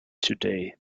today